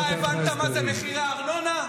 אתה הבנת מה זה מחירי הארנונה,